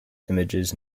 images